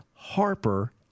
Harper